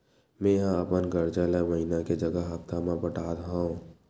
मेंहा अपन कर्जा ला महीना के जगह हप्ता मा पटात हव